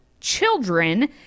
children